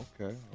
Okay